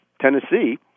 Tennessee